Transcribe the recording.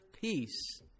peace